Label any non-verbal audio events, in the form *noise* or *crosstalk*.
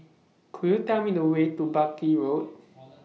*noise* Could YOU Tell Me The Way to Buckley Road